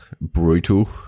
brutal